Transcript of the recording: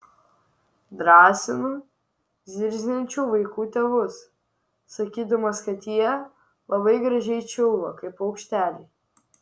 drąsinu zirziančių vaikų tėvus sakydamas kad jie labai gražiai čiulba kaip paukšteliai